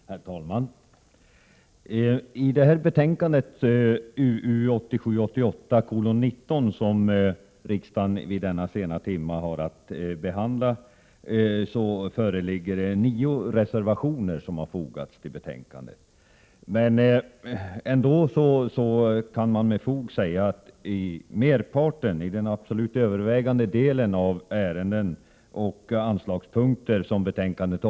Herr talman! Vid det betänkande 1987/88:19 från utrikesutskottet som riksdagen i denna sena timme har att behandla har fogats nio reservationer. Ändå kan med fog göras gällande att utskottet är enigt i den absolut övervägande delen av de ärenden och anslagspunkter som behandlas.